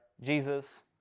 Jesus